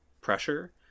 pressure